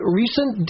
recent